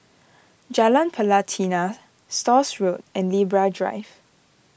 Jalan Pelatina Stores Road and Libra Drive